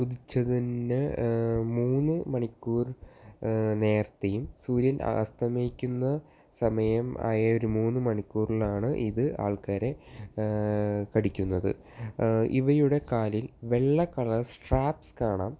ഉദിച്ചതിനു മൂന്ന് മണിക്കൂർ നേരത്തെയും സൂര്യൻ അസ്തമിക്കുന്ന സമയം ആയ ഒരു മൂന്നു മണിക്കൂറിലാണ് ഇത് ആൾക്കാരെ കടിക്കുന്നത് ഇവയുടെ കാലിൽ വെള്ള കളർ സ്ട്രാപ്പ്സ് കാണാം